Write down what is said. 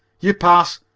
you pass,